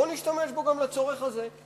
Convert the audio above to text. בוא נשתמש בו גם לצורך הזה,